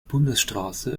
bundesstraße